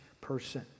person